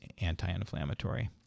anti-inflammatory